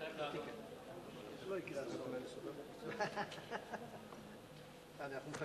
הצעת האי-אמון של סיעת רע"ם-תע"ל באה היום על רקע